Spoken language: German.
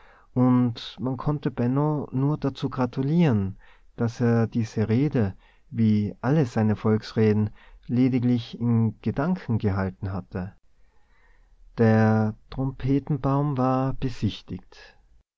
und man konnte benno nur dazu gratulieren daß er diese rede wie alle seine volksreden lediglich in gedanken gehalten hatte der trompetenbaum war besichtigt